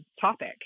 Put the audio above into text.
topic